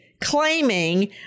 claiming